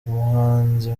umuhanzi